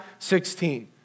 16